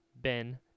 Ben